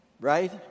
right